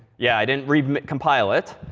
yeah, i didn't recompile it.